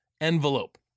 envelope